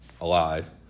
alive